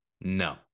No